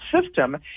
system